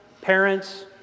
parents